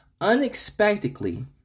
unexpectedly